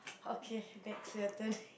okay next your turn